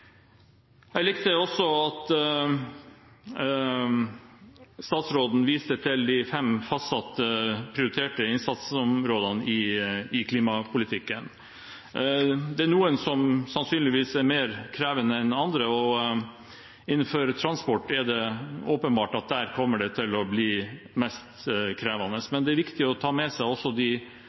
Jeg likte også at statsråden viste til de fem fastsatte, prioriterte innsatsområdene i klimapolitikken. Det er noen som sannsynligvis er mer krevende enn andre, og innenfor transport er det åpenbart at det kommer til å bli mest krevende. Men det er viktig å ta med seg også de